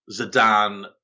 Zidane